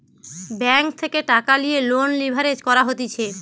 bank থেকে টাকা লিয়ে লোন লিভারেজ করা হতিছে